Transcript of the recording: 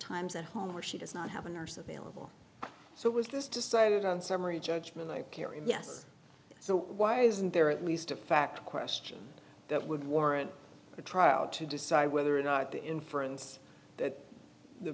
times at home or she does not have a nurse available so it was just decided on summary judgment care if yes so why isn't there at least a fact question that would warrant a trial to decide whether or not the inference that the